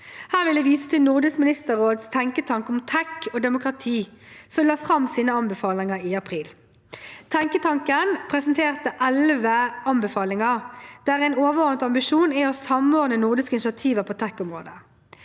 Her vil jeg vise til Nordisk ministerråds tenketank om teknologi og demokrati, som la fram sine anbefalinger i april. Tenketanken presenterte elleve anbefalinger, der en overordnet ambisjon er å samordne nordiske initiativer på tek-området.